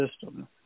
system